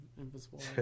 Invisible